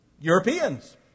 Europeans